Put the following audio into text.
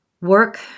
Work